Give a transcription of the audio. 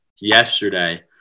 yesterday